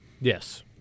Yes